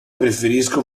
preferisco